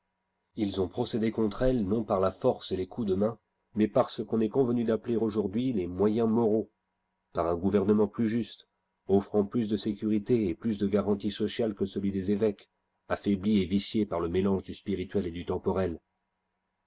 ils ont procédé contre elles non par la force et les coups de main mais par ce qu'on est convenu d'appeler aujourd'hui les moyens moraux par un gouvernement plus juste offrant plus de sécurité et plus de garanties sociales que celui des évêques affaibli et vicié par le mélange du spirituel et du temporel